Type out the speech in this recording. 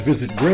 visit